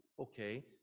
okay